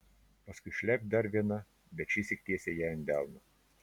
paskui šlept dar viena bet šįsyk tiesiai jai ant delno